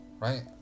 Right